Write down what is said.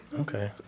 Okay